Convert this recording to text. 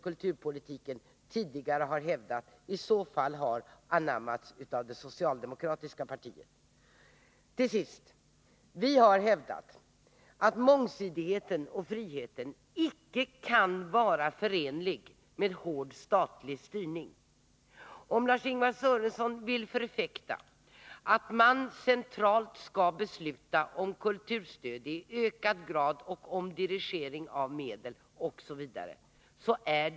kulturpolitiken har anammats av det socialdemokratiska partiet. Vi har hävdat att mångsidighet och frihet inte kan vara förenliga med hård statlig styrning. Lars-Ingvar Sörenson förfäktar att man i ökad grad centralt skall besluta om kulturstöd, om dirigering av medel osv.